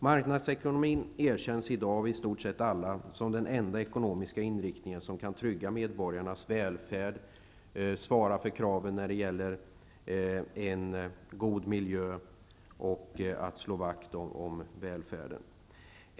Marknadsekonomin erkänns i dag av i stort sett alla som den enda ekonomiska inriktning som kan trygga medborgarnas välfärd, svara upp mot kraven för en god miljö och slå vakt om välfärden.